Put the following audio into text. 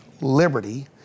liberty